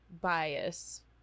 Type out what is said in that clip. bias